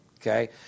Okay